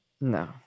No